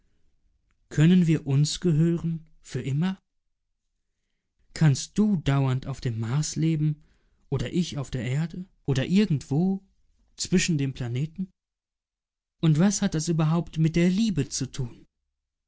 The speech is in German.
können wir uns gehören für immer kannst du dauernd auf dem mars leben oder ich auf der erde oder irgendwo zwischen den planeten und was hat das überhaupt mit der liebe zu tun